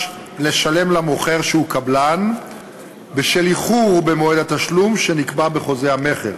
לשלם למוכר שהוא קבלן בשל איחור במועד התשלום שנקבע בחוזה המכר.